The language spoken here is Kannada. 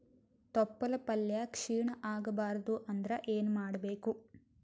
ತೊಪ್ಲಪಲ್ಯ ಕ್ಷೀಣ ಆಗಬಾರದು ಅಂದ್ರ ಏನ ಮಾಡಬೇಕು?